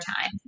time